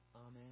Amen